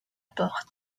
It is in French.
port